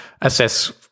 assess